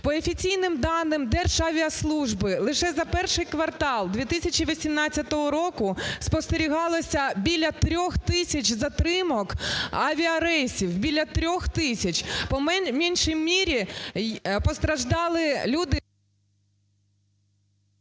по офіційними данимДержавіаслужби, лише за І квартал 2018 року спостерігалося біля 3 тисяч затримок авіарейсів. Більше 3 тисяч! По меншій мірі, постраждали люди…